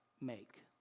make